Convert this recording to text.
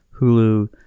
Hulu